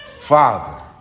Father